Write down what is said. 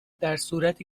درصورتی